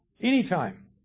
Anytime